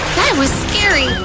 was scary.